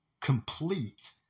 complete